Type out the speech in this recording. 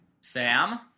Sam